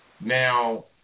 Now